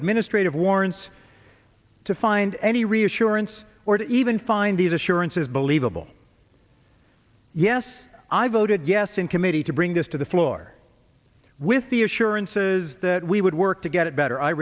administrative warrants to find any reassurance or to even find these assurances believable yes i voted yes in committee to bring this to the floor with the assurances that we would work to get it better i